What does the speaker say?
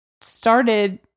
started